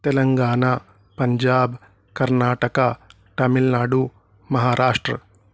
Telangana Punjab Karnataka Tamil Nadu Maharashtra